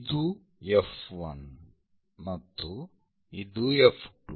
ಇದು F1 ಮತ್ತು ಇದು F2